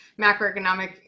macroeconomic